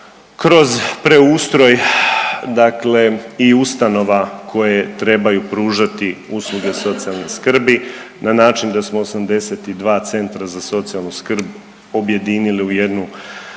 kroz preustroj dakle i ustanova koje trebaju pružati usluge socijalne skrbi na način da smo 82 Centra za socijalnu skrb objedinili u jednu